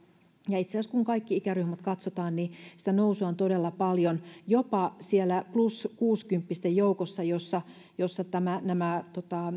itse asiassa kun kaikki ikäryhmät katsotaan niin sitä nousua on todella paljon jopa siellä plus kuusikymppisten joukossa jossa jossa nämä